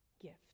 gift